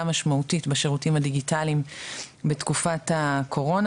משמעותית בשירותים הדיגיטליים בתקופת הקורונה,